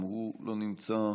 גם הוא לא נמצא.